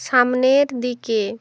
সামনের দিকে